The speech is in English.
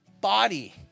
body